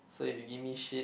so if you give me shit